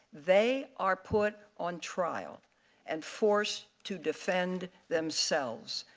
they are put on trial and forced to defend themselves.